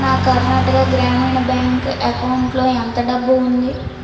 నా కర్ణాటక గ్రామీణ బ్యాంక్ అకౌంటులో ఎంత డబ్బు ఉంది